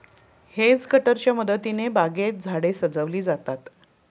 hedge कटरच्या मदतीने बागेत झाडे सजविली जातात